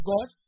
God